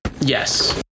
Yes